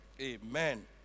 Amen